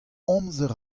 amzer